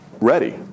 ready